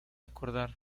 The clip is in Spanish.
acordar